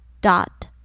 dot